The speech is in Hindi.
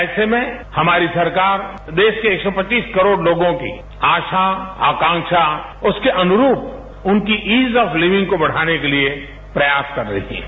ऐसे में हमारी सरकार देश एक सौ पचीस करोड़ लोगों की आशा आकांक्षा उसके अनुरूप उनकी इज ऑफ लिविंग को बढ़ाने के लिए प्रयास कर रही है